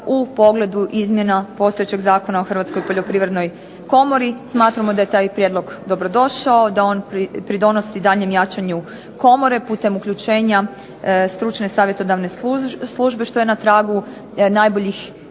u pogledu izmjena postojećeg Zakona o Hrvatskoj poljoprivrednoj komori. Smatramo da je taj prijedlog dobrodošao da on pridonosi daljnjem jačanju komore putem uključenja stručne savjetodavne službe što je na tragu najboljih